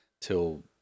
till